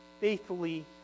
faithfully